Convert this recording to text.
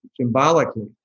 symbolically